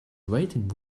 waiting